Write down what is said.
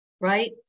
right